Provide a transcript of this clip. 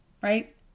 right